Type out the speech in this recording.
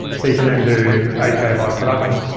so you can then do eight k live production.